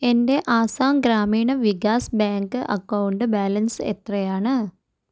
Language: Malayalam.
എൻ്റെ Assam Gramin Vikash bank account balance എത്രയാണ്